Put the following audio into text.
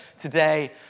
today